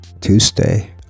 Tuesday